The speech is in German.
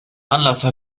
anlasser